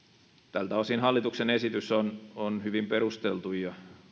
tältä osin hallituksen esitys on on hyvin perusteltu ja